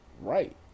right